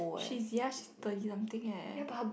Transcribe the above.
she's ya she's thirty something eh